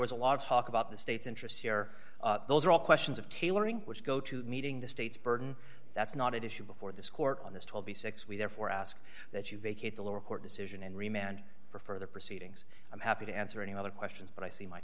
was a lot of talk about the state's interests here those are all questions of tailoring which go to meeting the state's burden that's not at issue before this court on this told me six we therefore ask that you vacate the lower court decision and remain and for further proceedings i'm happy to answer any other questions but i see my